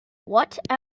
what